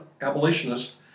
abolitionists